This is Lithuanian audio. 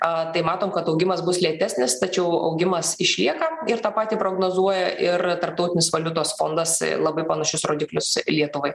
a tai matom kad augimas bus lėtesnis tačiau augimas išlieka ir tą patį prognozuoja ir tarptautinis valiutos fondas labai panašius rodiklius lietuvai